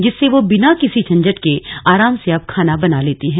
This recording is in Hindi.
जिससे वो बिना किसी झंझट के आराम से खाना बना लेती हैं